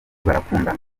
barakundana